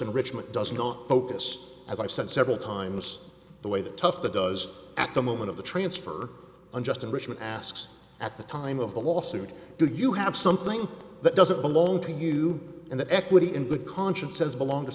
enrichment does not focus as i said several times the way the tough the does at the moment of the transfer unjust enrichment asks at the time of the lawsuit do you have something that doesn't belong to you and the equity in good conscience says belong to